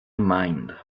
mind